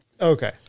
Okay